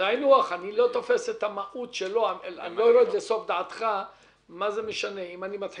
אני לא יורד לסוף דעתך מה זה משנה אם אני מתחיל